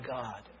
God